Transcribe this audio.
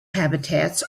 habitats